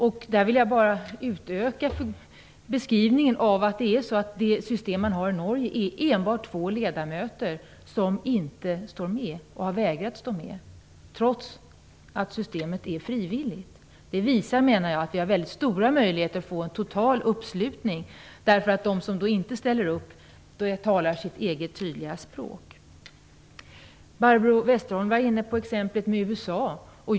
Jag vill komplettera den beskrivningen. I det system som man har i Norge är det bara två ledamöter som inte är med, som vägrat att vara med, trots att systemet är frivilligt. Det visar att vi har väldigt stora möjligheter att få en total uppslutning. De som inte ställer upp talar sitt eget tydliga språk. Barbro Westerholm tog exemplet USA.